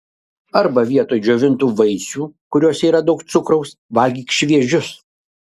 arba vietoj džiovintų vaisių kuriuose yra daug cukraus valgyk šviežius